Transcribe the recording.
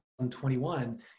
2021